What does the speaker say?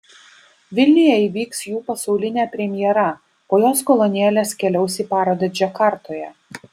vilniuje įvyks jų pasaulinė premjera po jos kolonėlės keliaus į parodą džakartoje